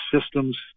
systems